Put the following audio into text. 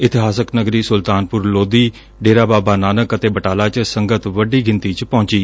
ਇਤਿਹਾਸਕ ਨਗਰੀ ਸਲਤਾਨਪਰ ਲੋਧੀ ਡੇਰਾ ਬਾਬਾ ਨਾਨਕ ਅਤੇ ਬਟਾਲਾ ਚ ਸੰਗਤ ਵੱਡੀ ਗਿਣਤੀ ਚ ਪਹੁੰਚੀ